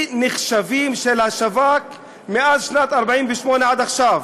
נחשבים של השב"כ מאז שנת 48' ועד עכשיו.